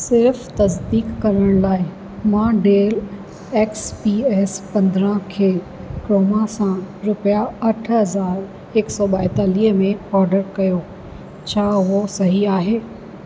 सिर्फ़ तजदीक करण लाइ मां डेल एक्स पी एस पंद्रहं खे क्रोमा सां रुपिया अठ हज़ार हिकु सौ ॿाहेतालीह में ऑडर कयो छा उहो सही आहे